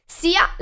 sia